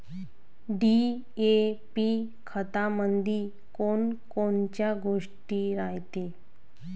DAP खतामंदी कोनकोनच्या गोष्टी रायते?